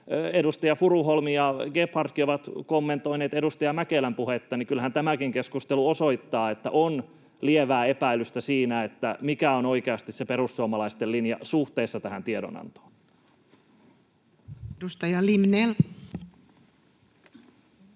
edustaja Furuholm ja Gebhardkin ovat kommentoineet edustaja Mäkelän puhetta, niin kyllähän tämäkin keskustelu osoittaa, että on lievää epäilystä siitä, mikä on oikeasti se perussuomalaisten linja suhteessa tähän tiedonantoon. [Speech